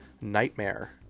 Nightmare